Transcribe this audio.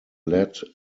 led